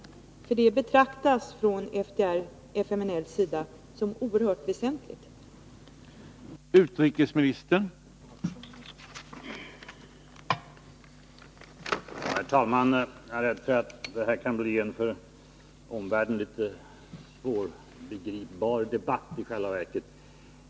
Att vi gör det betraktas nämligen som oerhört väsentligt från FDR/FMNL:s sida.